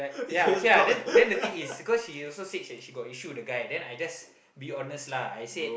ya okay ah then then the thing is because she also said she she got issue with the guy then I just be honest lah I said